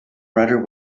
rudder